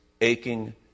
aching